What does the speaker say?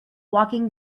walking